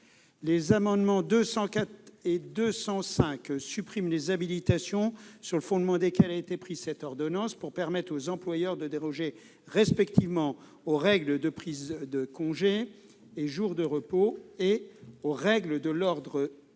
et 205 rectifié visent à supprimer des habilitations sur le fondement desquelles a été prise cette ordonnance pour permettre aux employeurs de déroger respectivement aux règles de prise de congés payés et de jours de repos et aux règles d'ordre public